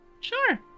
Sure